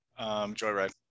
Joyride